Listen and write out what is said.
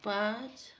पाँच